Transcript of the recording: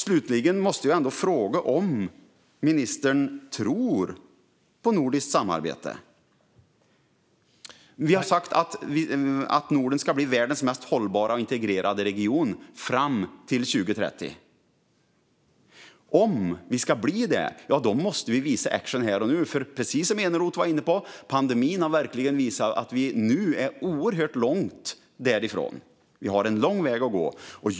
Slutligen måste jag ändå fråga om ministern tror på nordiskt samarbete. Vi har sagt att Norden ska bli världens mest hållbara och integrerade region fram till 2030. Om vi ska bli det måste vi visa action här och nu. För precis som Eneroth var inne på har pandemin verkligen visat att vi nu är oerhört långt därifrån. Vi har en lång väg att gå.